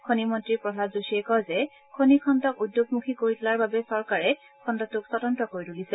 খনি মন্ত্ৰী প্ৰহ্মাদ যোশীয়ে কয় যে খনি খণ্ডক উদ্যোগমুখী কৰি তোলাৰ বাবে চৰকাৰে খণ্ডটোক স্বতন্ত্ৰ কৰি তুলিছে